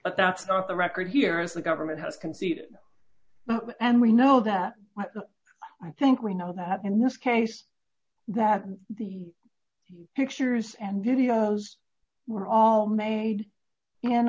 not the record here is the government has conceded and we know that i think we know that in this case that the pictures and videos were all made in